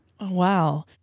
Wow